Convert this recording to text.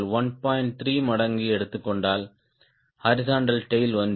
3 மடங்கு எடுத்துக் கொண்டால் ஹாரிஸ்ன்ட்டல் டேய்ல் ஒன்று